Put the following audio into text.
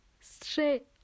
Straight